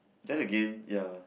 then again ya